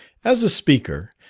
as a speaker,